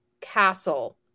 Castle